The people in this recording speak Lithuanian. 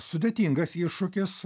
sudėtingas iššūkis